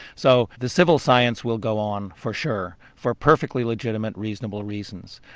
so the civil science will go on for sure for perfectly legitimate reasonable reasons.